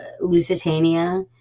Lusitania